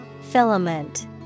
Filament